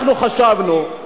חשבנו,